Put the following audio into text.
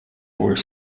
were